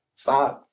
Five